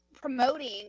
promoting